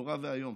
נורא ואיום.